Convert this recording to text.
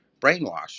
brainwashed